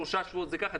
שלושה שבועות זה ככה?